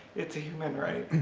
it's a human right.